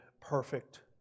perfect